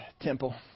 temple